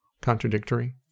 contradictory